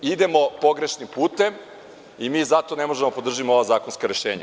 Idemo pogrešnim putem i mi zato ne možemo da podržimo ova zakonska rešenja.